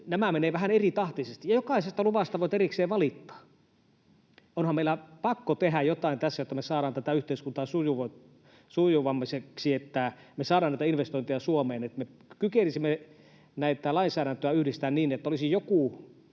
nämä menevät vähän eritahtisesti ja jokaisesta luvasta voit erikseen valittaa. Onhan meidän pakko tehdä jotain tässä, jotta me saadaan tätä yhteiskuntaa sujuvammaksi, että me saadaan näitä investointeja Suomeen, että me kykenisimme näitä lainsäädäntöjä yhdistämään niin, että olisi joku